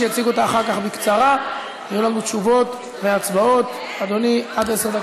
והוא יציג